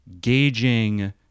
gauging